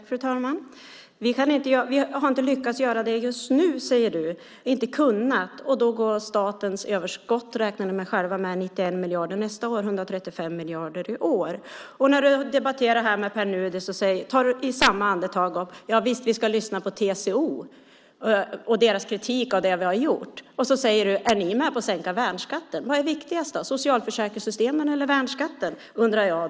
Fru talman! Vi har inte lyckats göra det just nu, inte kunnat, säger du. Då är statens överskott, räknar ni själva med, 91 miljarder nästa år och 135 miljarder i år. När du debatterar med Pär Nuder säger du i samma andetag att ni ska lyssna på TCO och deras kritik av det ni har gjort. Och så säger du: Är ni med på att sänka värnskatten? Vad är viktigast då? Är det socialförsäkringssystemen eller värnskatter?